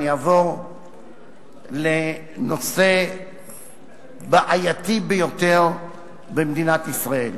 אני אעבור לנושא בעייתי ביותר במדינת ישראל,